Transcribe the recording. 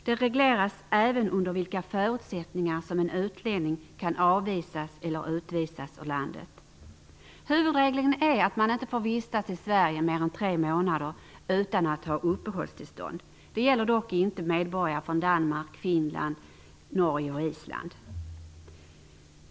Det regleras även under vilka förutsättningar som en utlänning kan avvisas eller utvisas ur landet. Huvudregeln är att man inte får vistas i Sverige i mer än tre månader utan att ha uppehållstillstånd. Det gäller dock inte medborgare från Danmark, Finland, Norge eller Island.